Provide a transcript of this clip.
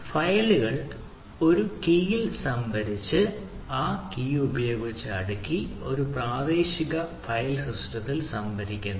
ഫയലുകൾ ഒരു കീയിൽ സംഭരിച്ച് ഒരു കീ ഉപയോഗിച്ച് അടുക്കി ഒരു പ്രാദേശിക ഫയൽ സിസ്റ്റത്തിൽ സംഭരിക്കുന്നു